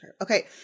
Okay